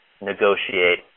negotiate